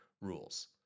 rules